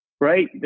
right